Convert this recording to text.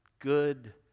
good